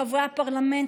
חברי הפרלמנט,